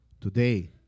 today